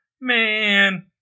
man